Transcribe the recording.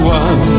one